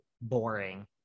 boring